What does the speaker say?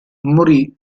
morì